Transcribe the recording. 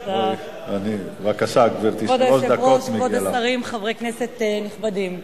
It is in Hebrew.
כבוד היושב-ראש, כבוד השרים, חברי כנסת נכבדים,